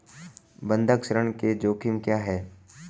बंधक ऋण के जोखिम क्या हैं?